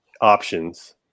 options